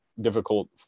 difficult